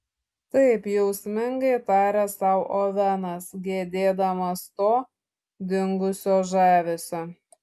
taip jausmingai tarė sau ovenas gedėdamas to dingusio žavesio